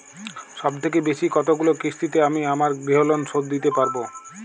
সবথেকে বেশী কতগুলো কিস্তিতে আমি আমার গৃহলোন শোধ দিতে পারব?